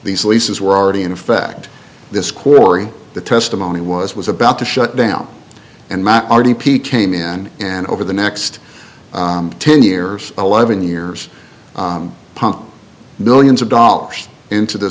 these leases were already in effect this quarry the testimony was was about to shut down and my r d p came in and over the next ten years eleven years pump millions of dollars into th